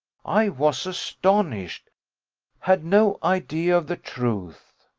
i was astonished had no idea of the truth.